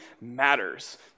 matters